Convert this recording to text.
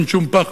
אין שום פחד.